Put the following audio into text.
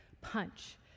punch